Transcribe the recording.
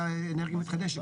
אנרגיה מתחדשת.